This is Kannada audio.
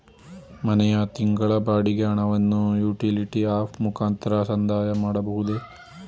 ಮನೆಯ ತಿಂಗಳ ಬಾಡಿಗೆ ಹಣವನ್ನು ಯುಟಿಲಿಟಿ ಆಪ್ ಮುಖಾಂತರ ಸಂದಾಯ ಮಾಡಬಹುದೇ?